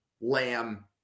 Lamb